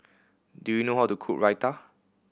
do you know how to cook Raita